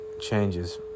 changes